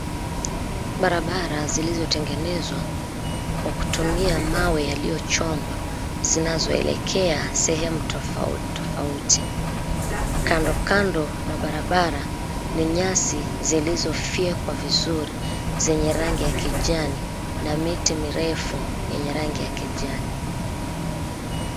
Barabara zilizotengenezwa kwa kutumia mawe yaliyochongwa zinazoelekea sehemu tofauti tofauti. Kandokando mwa barabara ni nyasi zilizofyekwa vizuri zenye rangi ya kijani na miti mirefu yenye rangi ya kijani.